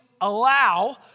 allow